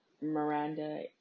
Miranda